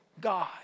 God